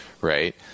right